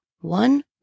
One